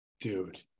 dude